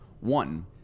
One